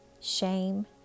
shame